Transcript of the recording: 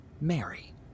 Mary